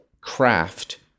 craft